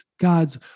God's